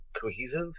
cohesive